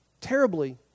Terribly